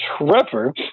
Trevor